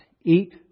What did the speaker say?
eat